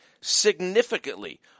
significantly